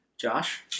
Josh